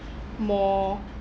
more